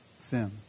Sin